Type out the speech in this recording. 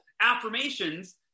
affirmations